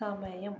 സമയം